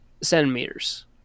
centimeters